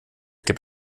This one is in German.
gibt